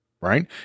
right